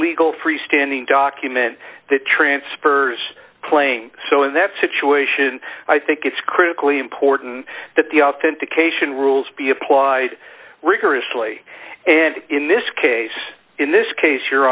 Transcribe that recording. legal freestanding document that transfers claim so in that situation i think it's critically important that the authentication rules be applied rigorously and in this case in this case your